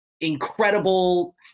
incredible